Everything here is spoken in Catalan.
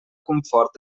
confort